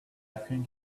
think